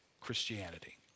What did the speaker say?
Christianity